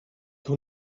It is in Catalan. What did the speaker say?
que